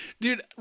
Dude